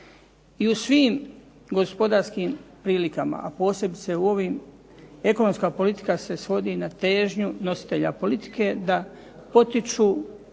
I u svim gospodarskim prilikama, a posebice u ovim ekonomska politika se svodi na težnju nositelja politike da potiču